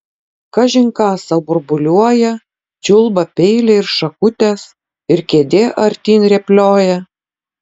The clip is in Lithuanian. kažin ką sau burbuliuoja čiulba peiliai ir šakutės ir kėdė artyn rėplioja